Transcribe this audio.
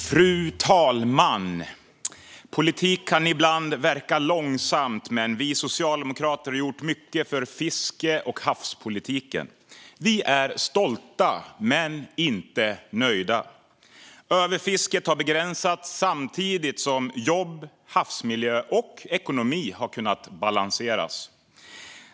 Fru talman! Politik kan ibland verka långsamt, men vi socialdemokrater har gjort mycket för fiske och havspolitiken. Vi är stolta men inte nöjda. Överfisket har begränsats samtidigt som jobb, havsmiljö och ekonomi har kunnat balanseras.